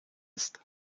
ist